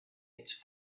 its